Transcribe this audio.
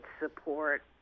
support